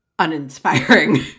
uninspiring